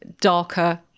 darker